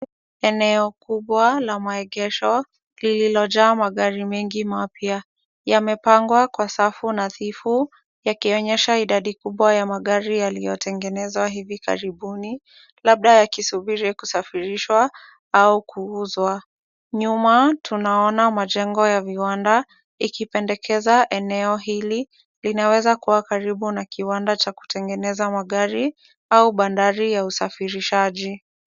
Eneo kubwa la maegesho lililojaa magari mengi mapya, yamepangwa kwa safu nadhifu yakionyesha idadi kubwa ya magari yaliyotengenezwa hivi karibuni labda yakisubiri kusafirishwa au kuuzwa. Nyuma tunaona majengo ya viwanda ikipendekeza eneo hili. Linaweza kuwa karibu na kiwanda cha kutengeneza magari au bandari ya usafirishaji.